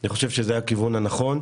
אני חושב שזה הכיוון הנכון.